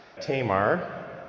Tamar